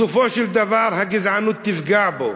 בסופו של דבר הגזענות תפגע בו.